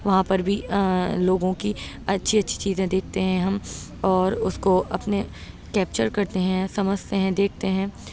وہاں پر بھی لوگوں کی اچھی اچھی چیزیں دیکھتے ہیں ہم اور اُس کو اپنے کیپچر کرتے ہیں سمجھتے ہیں دیکھتے ہیں